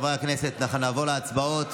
חברי הכנסת, אנחנו נעבור להצבעות.